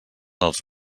els